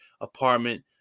apartment